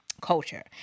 culture